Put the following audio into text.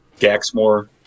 Gaxmore